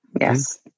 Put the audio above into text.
Yes